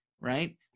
right